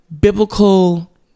biblical